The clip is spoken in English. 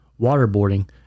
waterboarding